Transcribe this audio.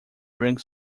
drank